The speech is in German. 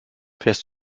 fährst